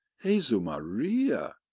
jesu maria,